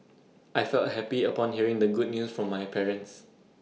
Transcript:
I felt happy upon hearing the good news from my parents